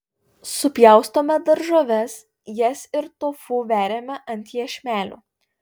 supjaustome daržoves jas ir tofu veriame ant iešmelių